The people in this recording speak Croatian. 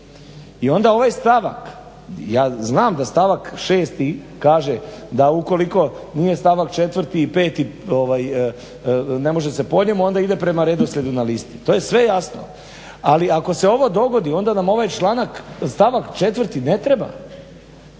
I onda ovaj stavak, ja znam da stavak 6. kaže da ukoliko nije stavak 4. i 5. ne može se po njemu onda ide prema redoslijedu na listi. To je sve jasno. Ali ako se ovo dogodi onda nam ovaj stavak 4. ne treba.